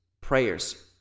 prayers